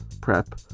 prep